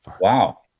wow